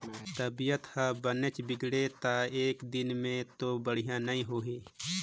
तबीयत ह बनेच बिगड़गे त एकदिन में तो बड़िहा नई होही